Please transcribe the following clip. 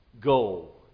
goal